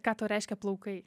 ką tau reiškia plaukai